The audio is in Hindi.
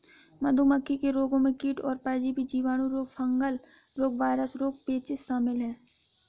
मधुमक्खी के रोगों में कीट और परजीवी, जीवाणु रोग, फंगल रोग, वायरल रोग, पेचिश शामिल है